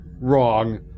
wrong